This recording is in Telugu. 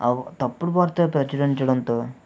తప్పుడు వార్త ప్రచురించడంతో